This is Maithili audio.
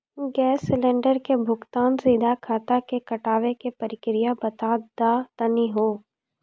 गैस सिलेंडर के भुगतान सीधा खाता से कटावे के प्रक्रिया बता दा तनी हो?